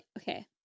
Okay